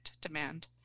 demand